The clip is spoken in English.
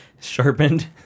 sharpened